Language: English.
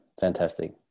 Fantastic